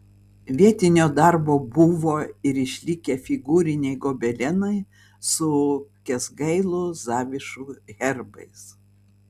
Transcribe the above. vietinio darbo buvo ir išlikę figūriniai gobelenai su kęsgailų zavišų herbais